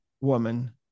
woman